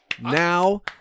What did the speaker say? Now